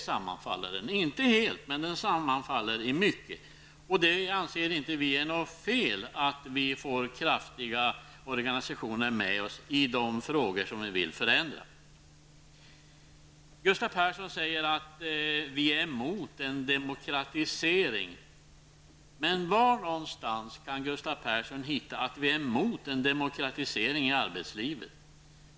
Vi anser inte att det är något fel att vi får starka organisationer med oss i de frågor där vi vill förändra. Gustav Persson säger att vi är emot en demokratisering. Men var finner Gustav Persson att vi är emot en demokratisering i arbetslivet?